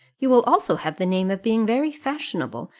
you will also have the name of being very fashionable,